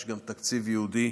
יש גם תקציב ייעודי